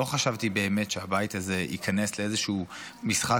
לא חשבתי באמת שהבית הזה ייכנס לאיזשהו משחק